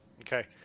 Okay